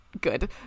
good